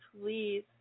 please